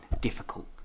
difficult